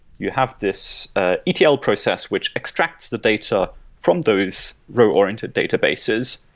you have this ah etl process which extracts the data from those row-oriented databases.